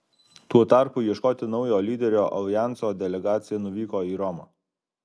tuo tarpu ieškoti naujo lyderio aljanso delegacija nuvyko į romą